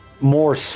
more